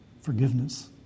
forgiveness